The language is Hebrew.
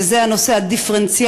וזה נושא החינוך הדיפרנציאלי,